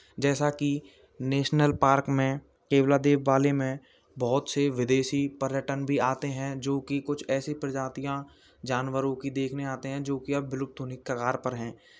जैसा कि national park में केवलादेव वाले में बहुत से विदेशी पर्यटन भी आते हैं जोकि कुछ ऐसी प्रजातियाँ जानवरों की देखने आते हैं जोकि अब विलुप्त होने की कगार पर हैं